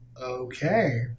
Okay